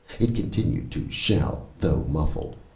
it continued to shout, though muffled.